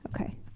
okay